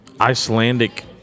Icelandic